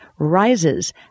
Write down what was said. rises